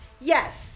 Yes